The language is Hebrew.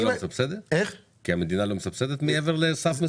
כי המדינה לא מסבסדת מעבר לסף מסוים?